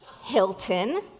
Hilton